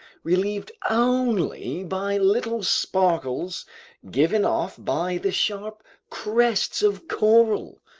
relieved only by little sparkles given off by the sharp crests of coral.